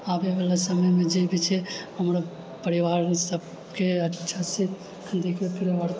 आबए वाला समयमे जे भी छै हमरो परिवारमे सबके अच्छा से